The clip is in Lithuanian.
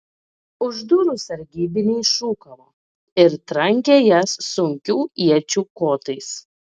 už durų sargybiniai šūkavo ir trankė jas sunkių iečių kotais